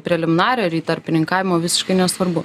preliminarią ar į tarpininkavimo visiškai nesvarbu